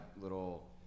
little